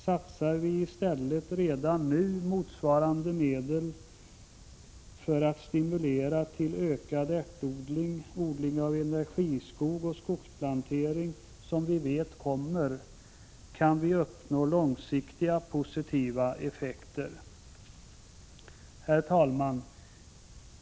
Satsar vi i stället redan nu motsvarande medel för att stimulera till ökad ärtodling, odling av energiskog och skogsplantering som vi vet kommer, kan vi uppnå långsiktiga positiva effekter. Herr talman!